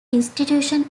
institutions